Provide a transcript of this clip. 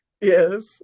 yes